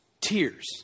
tears